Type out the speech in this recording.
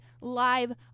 live